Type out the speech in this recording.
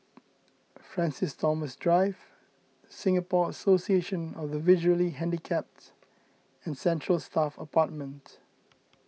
Francis Thomas Drive Singapore Association of the Visually Handicapped and Central Staff Apartment